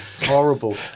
Horrible